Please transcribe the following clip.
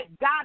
God